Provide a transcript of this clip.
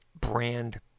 brand